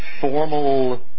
formal